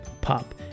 pop